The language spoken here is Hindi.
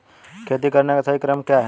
खेती करने का सही क्रम क्या है?